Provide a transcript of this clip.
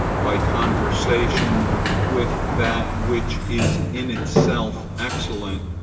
by conversation with that which is in itself excellent,